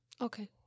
Okay